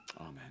Amen